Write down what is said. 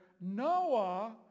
Noah